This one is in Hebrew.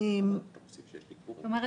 זאת אומרת,